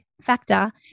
factor